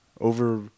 over